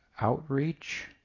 outreach